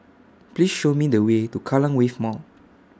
Please Show Me The Way to Kallang Wave Mall